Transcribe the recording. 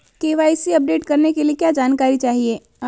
KYC update करने के लिए क्या जानकारी चाहिए?